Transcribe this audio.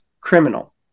criminal